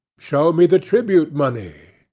show me the tribute-money,